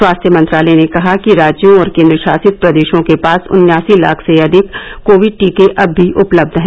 स्वास्थ्य मंत्रालय ने कहा कि राज्यों और केन्द्रशासित प्रदेशों के पास उन्नायसी लाख से अधिक कोविड टीके अब भी उपलब्ध हैं